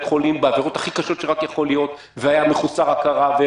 חולים בעבירות הכי קשות שרק יכול להיות והיה מחוסר הכרה.